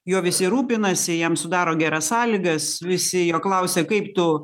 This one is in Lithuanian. juo visi rūpinasi jam sudaro geras sąlygas visi jo klausia kaip tu